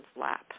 lap